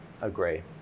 Agree